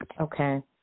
Okay